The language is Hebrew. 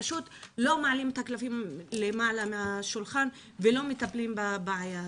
פשוט לא מעלים את הקלפים למעלה מהשולחן ולא מטפלים בבעיה הזאת.